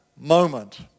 moment